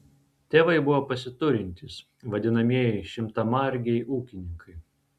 tėvai buvo pasiturintys vadinamieji šimtamargiai ūkininkai